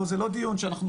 פה זה לא דיון שאנחנו,